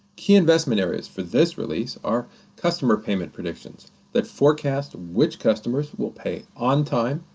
key investment areas for this release are customer payment predictions that forecast which customers will pay on time,